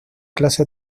clase